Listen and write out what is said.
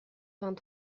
vingt